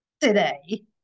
today